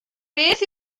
beth